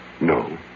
No